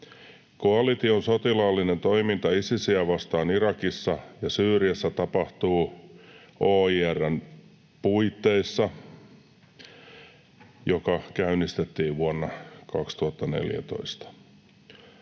Koalition sotilaallinen toiminta Isisiä vastaan Irakissa ja Syyriassa tapahtuu OIR:n puitteissa ja käynnistettiin vuonna 2014.